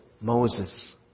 Moses